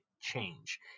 change